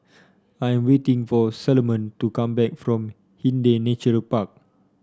I am waiting for Salomon to come back from Hindhede Nature Park